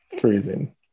Freezing